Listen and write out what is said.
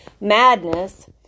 Madness